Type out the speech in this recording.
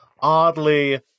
oddly